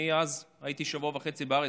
אני הייתי אז שבוע וחצי בארץ,